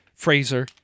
Fraser